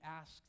ask